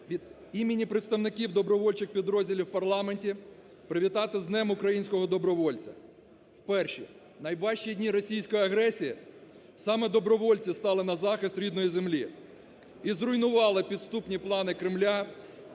від імені представників добровольчих підрозділів у парламенті привітати з Днем українського добровольця. В перші найважчі дні російської агресії саме добровольці стали на захист рідної землі і зруйнували підступні плани Кремля